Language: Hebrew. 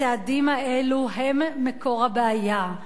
הצעדים האלה הם מקור הבעיה,